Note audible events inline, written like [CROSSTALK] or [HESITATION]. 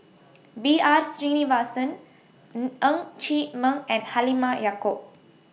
B R Sreenivasan [HESITATION] Ng Chee Meng and Halimah Yacob